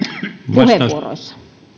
puheenvuoroissa